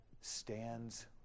stands